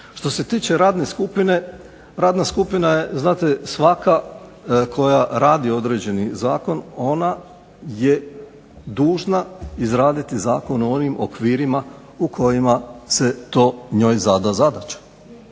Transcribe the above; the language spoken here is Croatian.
Što se tiče radne skupine, radna skupina je svaka koja radi određeni zakon. Ona je dužna izraditi zakon u onim okvirima u kojima se to njoj zada zadaća.